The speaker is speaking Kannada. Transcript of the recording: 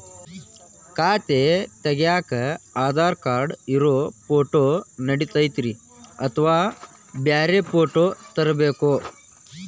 ಖಾತೆ ತಗ್ಯಾಕ್ ಆಧಾರ್ ಕಾರ್ಡ್ ಇರೋ ಫೋಟೋ ನಡಿತೈತ್ರಿ ಅಥವಾ ಬ್ಯಾರೆ ಫೋಟೋ ತರಬೇಕೋ?